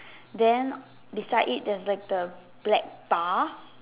then beside it there's like the black bar